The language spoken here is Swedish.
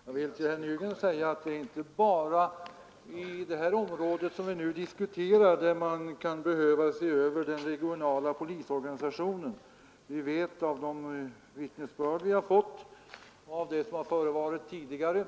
Herr talman! Jag vill säga till herr Nygren att det inte är bara i det område vi nu diskuterar som man kan behöva se över den regionala polisorganisationen — vi vet av de vittnesbörd vi har fått om det som förevarit tidigare,